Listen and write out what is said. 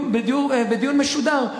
בדיון משודר,